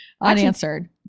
Unanswered